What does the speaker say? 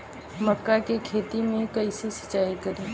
मका के खेत मे कैसे सिचाई करी?